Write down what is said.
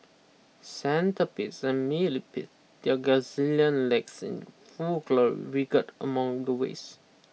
centipedes and millipedes their gazillion legs in full glory wriggled among the waste